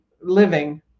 living